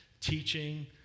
teaching